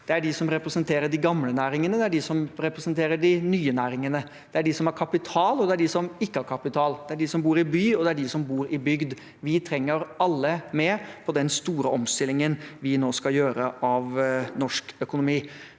det er de som representerer de nye næringene. Det er de som har kapital, og det er de som ikke har kapital. Det er de som bor i by, og det er de som bor i bygd. Vi trenger alle med på den store omstillingen vi nå skal gjøre av norsk økonomi.